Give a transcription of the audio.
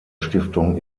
stiftung